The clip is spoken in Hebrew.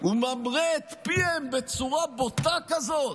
וממרה את פיהם בצורה בוטה כזאת,